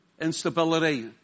instability